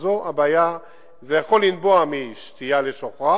זה יכול לנבוע משתייה לשוכרה